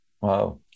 wow